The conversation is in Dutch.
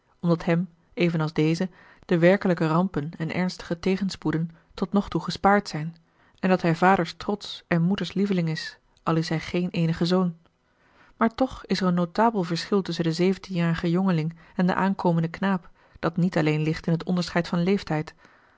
omdat hem evenals dezen de werkelijke rampen en ernstige tegenspoeden tot nog toe gespaard zijn en dat hij vaders trots en moeders lieveling is al is hij geen eenige zoon maar toch is er een notabel verschil tusschen den zeventienjarigen jongeling en den aankomenden knaap die niet alleen ligt in het onderscheid van leeftijd